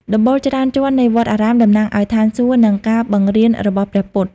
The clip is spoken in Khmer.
ដំបូលច្រើនជាន់នៃវត្តអារាមតំណាងឱ្យឋានសួគ៌និងការបង្រៀនរបស់ព្រះពុទ្ធ។